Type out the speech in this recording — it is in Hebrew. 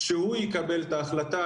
שהוא יקבל את ההחלטה